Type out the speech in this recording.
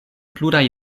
pluraj